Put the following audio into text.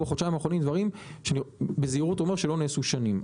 בחודשיים האחרונים נעשו דברים שאני אומר בזהירות שלא נעשו במשך שנים.